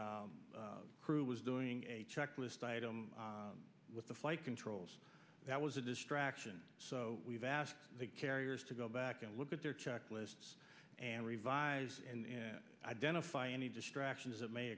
the crew was doing a checklist item with the flight controls that was a distraction so we've asked the carriers to go back and look at their checklists and revise and identify any distractions